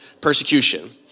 persecution